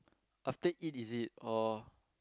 after eat is it or